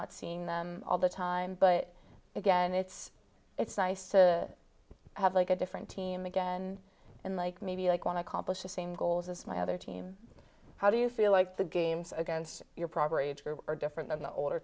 not seeing them all the time but again it's it's nice to have like a different team again and like maybe like one accomplish the same goals as my other team how do you feel like the games against your program are different than the older